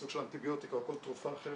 סוג של אנטיביוטיקה או כל תרופה אחרת,